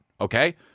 Okay